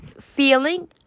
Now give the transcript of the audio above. feeling